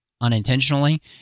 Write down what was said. unintentionally